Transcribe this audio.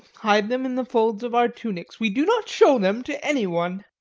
hide them in the folds of our tunics. we do not show them to any one.